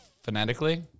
phonetically